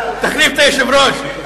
תחליף את היושב-ראש.